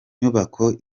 nyubako